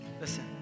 Listen